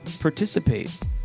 participate